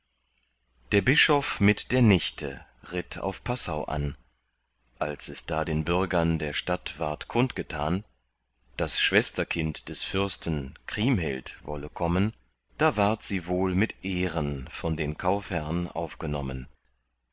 der bischof mit der nichte ritt auf passau an als es da den bürgern der stadt ward kundgetan das schwesterkind des fürsten kriemhild wolle kommen da ward sie wohl mit ehren von den kaufherrn aufgenommen